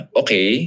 okay